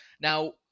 now